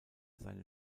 seine